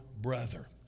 brother